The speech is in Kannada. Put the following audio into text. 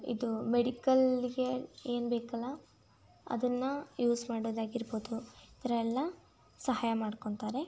ಇದು ಮೆಡಿಕಲ್ಲಿಗೆ ಏನು ಬೇಕಲ್ಲ ಅದನ್ನು ಯೂಸ್ ಮಾಡೋದಾಗಿರ್ಬೋದು ಈ ಥರ ಎಲ್ಲ ಸಹಾಯ ಮಾಡ್ಕೋತಾರೆ